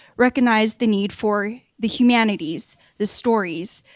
recognize the need for the humanities, the stories,